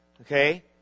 Okay